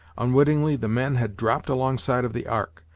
unwittingly, the men had dropped alongside of the ark,